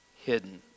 hidden